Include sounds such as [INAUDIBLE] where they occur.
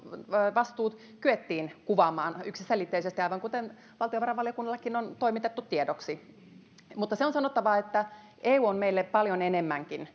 vastuut kyettiin kuvaamaan yksiselitteisesti aivan kuten valtiovarainvaliokunnallekin on toimitettu tiedoksi se on sanottava että eu on meille paljon enemmänkin [UNINTELLIGIBLE]